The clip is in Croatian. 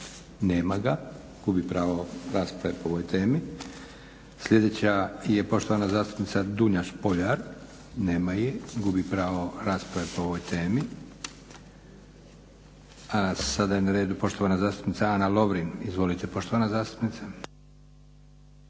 Nema ga, gubi pravo rasprave po ovoj temi. Sljedeća je poštovana zastupnica Dunja Špoljar. Nema je, gubi pravo rasprave po ovoj temi. Sada je na redu poštovana zastupnica Ana Lovrin. Izvolite poštovana zastupnice